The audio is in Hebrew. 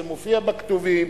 זה מופיע בכתובים,